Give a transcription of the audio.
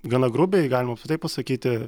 gana grubiai galima pasakyti